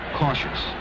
cautious